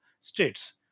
states